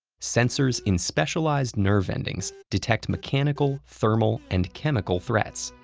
sensors in specialized nerve endings detect mechanical, thermal, and chemical threats.